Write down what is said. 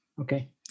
Okay